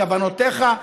כוונותיך,